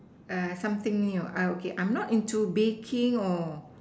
something new okay I'm not into baking or